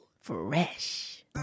fresh